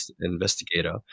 investigator